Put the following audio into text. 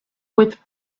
with